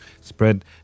spread